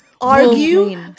argue